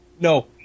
No